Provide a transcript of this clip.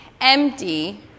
empty